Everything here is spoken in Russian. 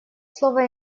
слово